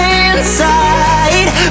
inside